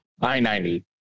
i-90